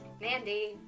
Mandy